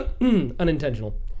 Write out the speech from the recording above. Unintentional